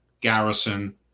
Garrison